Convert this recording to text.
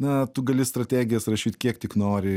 na tu gali strategijas rašyt kiek tik nori